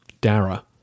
Dara